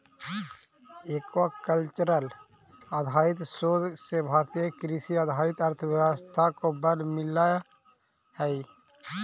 aquacultural आधारित शोध से भारतीय कृषि आधारित अर्थव्यवस्था को बल मिलअ हई